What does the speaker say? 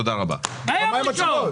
תודה רבה, הישיבה נעולה.